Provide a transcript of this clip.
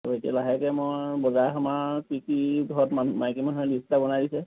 ত' এতিয়া লাহেকৈ মই বজাৰ সমাৰ কি কি ঘৰত মাইকী মানুহে লিষ্ট এটা বনাই দিছে